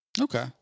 okay